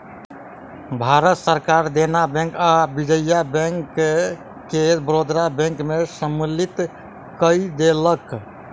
भारत सरकार देना बैंक आ विजया बैंक के बड़ौदा बैंक में सम्मलित कय देलक